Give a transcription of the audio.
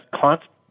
constant